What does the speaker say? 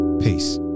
Peace